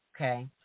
okay